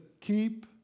Keep